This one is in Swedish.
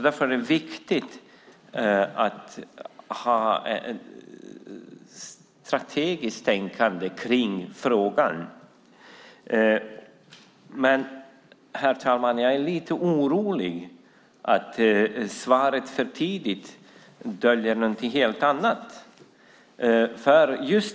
Därför är det viktigt att ha ett strategiskt tänkande i frågan. Herr talman! Jag är lite orolig att svaret "för tidigt" döljer något helt annat.